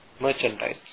merchandise